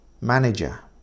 Manager